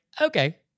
Okay